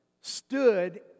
stood